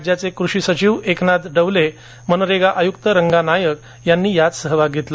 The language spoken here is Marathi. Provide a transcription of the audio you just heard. राज्याचे कृषि सचिव एकनाथ डवले मनरेगा आयुक्त रांगा नायक यांनी यात सहभाग घेतला